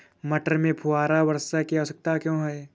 मटर में फुहारा वर्षा की आवश्यकता क्यो है?